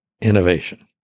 innovation